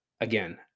again